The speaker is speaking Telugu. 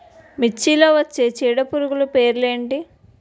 మిర్చిలో వచ్చే చీడపురుగులు పేర్లు ఏమిటి?